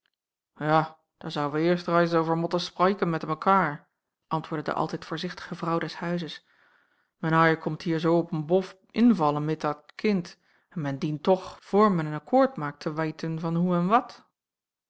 daar zouen we eerst rais over motten spraiken met mekair antwoordde de altijd voorzichtige vrouw des huizes men haier komt hier zoo op n bof invallen mit dat kind en m'n dient toch voor m'n n akkoord maakt te weiten van hoe en wat